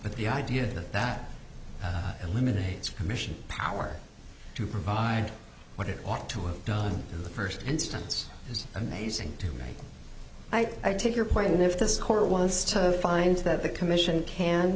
but the idea that that eliminates commission power to provide what it ought to have done in the first instance is amazing to me i take your point and if this court wants to find that the commission can